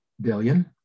billion